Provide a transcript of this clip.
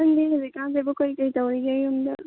ꯑꯩꯗꯤ ꯍꯧꯖꯤꯛꯀꯥꯟꯁꯤꯕꯨ ꯀꯔꯤ ꯀꯔꯤ ꯇꯧꯔꯤꯒꯦ ꯌꯨꯝꯗ